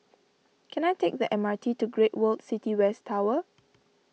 can I take the M R T to Great World City West Tower